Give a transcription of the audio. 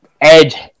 edge